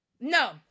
No